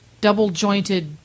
double-jointed